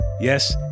Yes